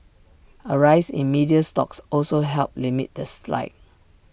A rise in media stocks also helped limit the slide